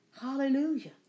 Hallelujah